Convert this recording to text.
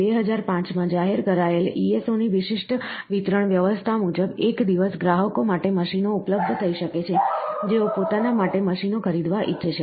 2005 માં જાહેર કરાયેલ ESO ની વિશિષ્ટ વિતરણ વ્યવસ્થા મુજબ એક દિવસ ગ્રાહકો માટે મશીનો ઉપલબ્ધ થઈ શકે છે જેઓ પોતાના માટે મશીનો ખરીદવા ઈચ્છે છે